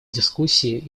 дискуссии